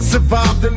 Survived